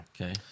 Okay